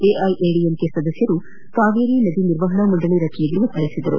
ಎಐಎಡಿಎಂಕೆ ಸದಸ್ಯರು ಕಾವೇರಿ ನದಿ ನಿರ್ವಹಣಾ ಮಂಡಳಿ ರಚನೆಗೆ ಒತ್ತಾಯಪಡಿಸಿದರು